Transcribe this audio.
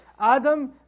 Adam